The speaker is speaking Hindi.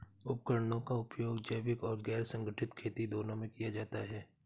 उपकरणों का उपयोग जैविक और गैर संगठनिक खेती दोनों में किया जाता है